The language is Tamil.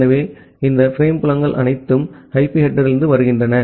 எனவே இந்த பிரேம் புலங்கள் அனைத்தும் ஐபி ஹெட்டெர்லிருந்து வருகின்றன